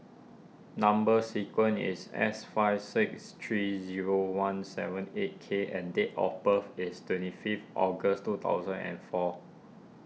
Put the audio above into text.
Number Sequence is S five six three zero one seven eight K and date of birth is twenty fifth August two thousand and four